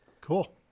Cool